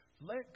Let